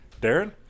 Darren